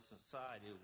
society